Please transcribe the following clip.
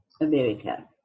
America